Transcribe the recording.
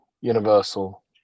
universal